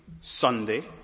Sunday